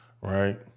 right